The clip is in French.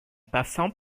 passant